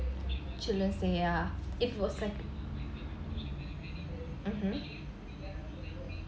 children say yeah it was like mmhmm